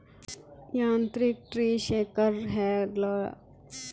यांत्रिक tree shaker hydraulic सिलिंडरेर इस्तेमाल कर छे